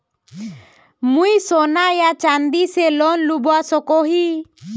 मुई सोना या चाँदी से लोन लुबा सकोहो ही?